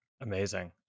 Amazing